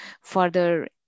further